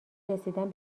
رسیدن